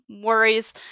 worries